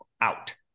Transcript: out